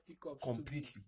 completely